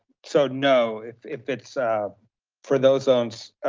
so no, if if it's for those zones,